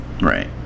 Right